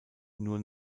nur